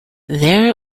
there